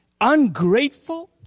ungrateful